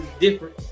different